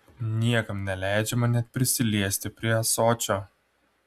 niekam neleidžiama net prisiliesti prie ąsočio